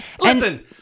Listen